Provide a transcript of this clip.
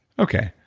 okay.